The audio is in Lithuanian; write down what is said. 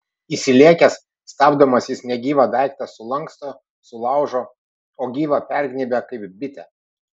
įsilėkęs stabdomas jis negyvą daiktą sulanksto sulaužo o gyvą pergnybia kaip bitę